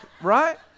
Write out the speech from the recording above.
Right